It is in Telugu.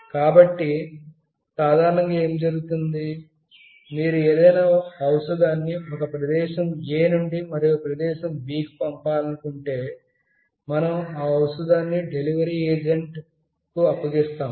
కాబట్టి సాధారణంగా ఏమి జరుగుతుంది మీరు ఏదైనా ఔషదాన్ని ఒక ప్రదేశం A నుండి మరో ప్రదేశం Bకు పంపాలనుకుంటే మనం ఆ ఔషదాన్నిడెలివరీ ఏజెంట్ కు అప్పగిస్తాము